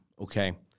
okay